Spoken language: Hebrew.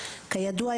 כידוע,